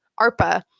ARPA